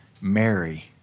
mary